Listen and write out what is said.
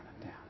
down